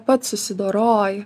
pats susidoroji